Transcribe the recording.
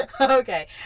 Okay